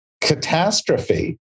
catastrophe